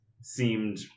seemed